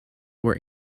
were